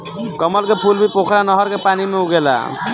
कमल के फूल भी पोखरा नहर के पानी में उगेला